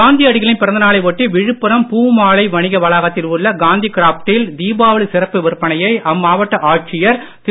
காந்தியடிகளின் பிறந்த நாளை ஒட்டி விழுப்புரம் பூ மாலை வணிக வளாகத்தில் உள்ள காதி கிராப்டில் தீபாவளி சிறப்பு விற்பனையை அம்மாவட்ட ஆட்சியர் திரு